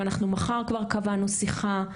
ואנחנו מחר כבר קבענו שיחה.